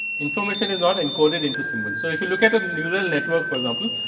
information is not and coded into symbol. so, if you look at a neural network for example.